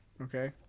Okay